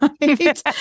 right